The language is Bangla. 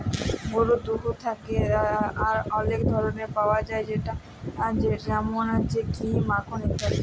গরুর দুহুদ থ্যাকে আর অলেক ধরলের পাউয়া যায় যেমল ঘি, মাখল ইত্যাদি